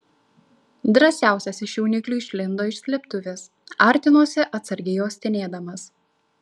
drąsiausias iš jauniklių išlindo iš slėptuvės artinosi atsargiai uostinėdamas